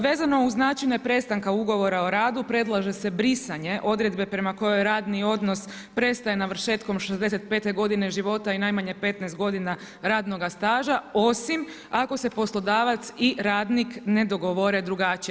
Vezano uz načine prestanke ugovora o radu predlaže se brisanje odredbe prema kojoj radni odnos prestaje navršetkom 65. godine života i najmanje 15 godina radnoga staža osim ako se poslodavac i radnik ne dogovore drugačije.